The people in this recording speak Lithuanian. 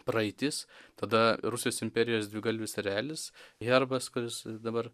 praeitis tada rusijos imperijos dvigalvis erelis herbas kuris dabar